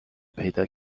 پیدا